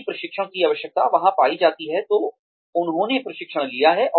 यदि प्रशिक्षण की आवश्यकता वहां पाई जाती है तो उन्होंने प्रशिक्षण लिया है